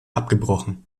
abgebrochen